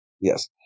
Yes